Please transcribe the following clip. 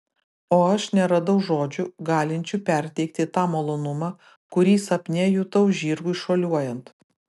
o aš neradau žodžių galinčių perteikti tą malonumą kurį sapne jutau žirgui šuoliuojant